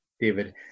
David